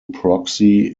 proxy